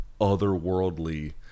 otherworldly